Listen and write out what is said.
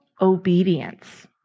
obedience